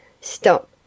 Stop